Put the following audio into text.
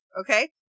Okay